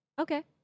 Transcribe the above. okay